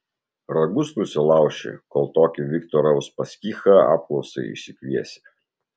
ragus nusilauši kol tokį viktorą uspaskichą apklausai išsikviesi